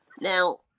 Now